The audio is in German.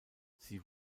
sie